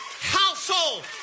household